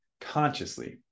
consciously